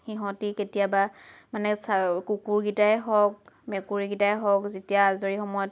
সিহঁতে কেতিয়াবা মানে কুকুৰকেইটাই হওক মেকুৰীকেইটাই হওক যেতিয়া আজৰি সময়ত